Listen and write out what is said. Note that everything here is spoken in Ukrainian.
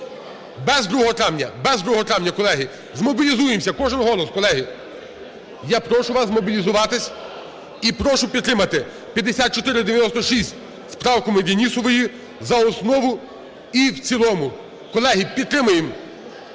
Без 2 травня, колеги! Змобілізуємося! Кожен голос, колеги! Я прошу вас змобілізуватися і прошу підтримати 5496 з правками Денісової за основу і в цілому. Колеги, підтримаємо!